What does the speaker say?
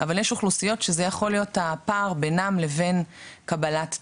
אבל ישנן אוכלוסיות שזה יכול להיות הפער בינן לבין קבלת תואר.